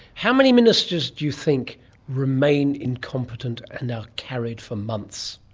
how many ministers do you think remain incompetent and are carried for months?